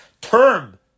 term